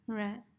right